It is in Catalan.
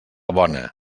bona